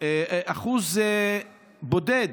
אחוז בודד